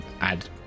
add